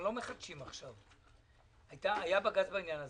אנחנו לא מחדשים בעניין הזה, היה בג"ץ בעניין הזה.